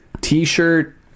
T-shirt